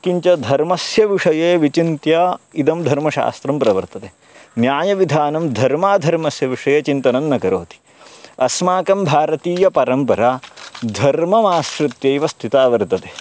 किं च धर्मस्य विषये विचिन्त्य इदं धर्मशास्त्रं प्रवर्तते न्यायविधानं धर्माधर्मस्य विषये चिन्तनं न करोति अस्माकं भारतीय परम्परा धर्ममाश्रित्येव स्थिता वर्तते